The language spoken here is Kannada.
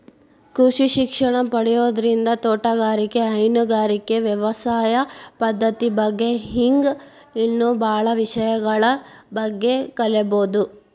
ಕೃಷಿ ಶಿಕ್ಷಣ ಪಡಿಯೋದ್ರಿಂದ ತೋಟಗಾರಿಕೆ, ಹೈನುಗಾರಿಕೆ, ವ್ಯವಸಾಯ ಪದ್ದತಿ ಬಗ್ಗೆ ಹಿಂಗ್ ಇನ್ನೂ ಬಾಳ ವಿಷಯಗಳ ಬಗ್ಗೆ ಕಲೇಬೋದು